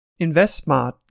InvestSmart